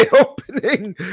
opening